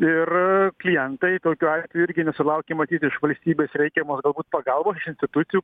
ir klientai tokiu atveju irgi nesulaukė matyt iš valstybės reikiamos galbūt pagalbos iš institucijų